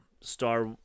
Star